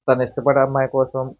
తను ఇష్టపడే అమ్మాయి కోసం